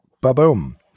Ba-boom